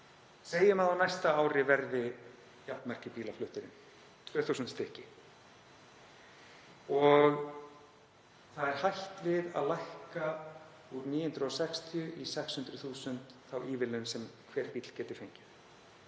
Segjum að á næsta ári verði jafn margir bílar fluttir inn, 2.000 stykki, og það er hætt við að lækka úr 960.000 kr. í 600.000 þá ívilnun sem hver bíll geti fengið.